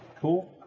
Cool